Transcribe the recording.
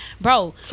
bro